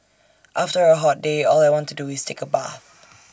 after A hot day all I want to do is take A bath